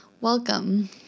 welcome